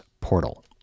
portal